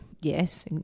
Yes